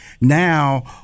Now